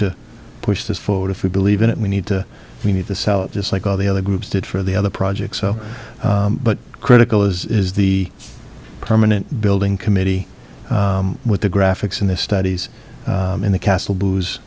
to push this forward if we believe in it we need to we need to sell it just like all the other groups did for the other projects so but critical as is the permanent building committee with the graphics and the studies and the castle b